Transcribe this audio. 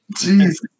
Jesus